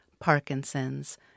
Parkinson's